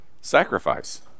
Sacrifice